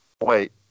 Wait